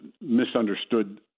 misunderstood